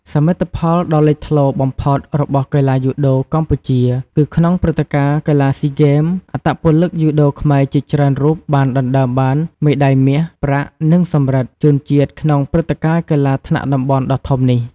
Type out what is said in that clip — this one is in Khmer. សមិទ្ធផលដ៏លេចធ្លោបំផុតរបស់កីឡាយូដូកម្ពុជាគឺក្នុងព្រឹត្តិការណ៍កីឡាស៊ីហ្គេម អត្តពលិកយូដូខ្មែរជាច្រើនរូបបានដណ្តើមបាន មេដាយមាស ប្រាក់ និងសំរឹទ្ធ ជូនជាតិក្នុងព្រឹត្តិការណ៍កីឡាថ្នាក់តំបន់ដ៏ធំនេះ ។